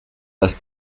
las